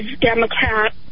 Democrat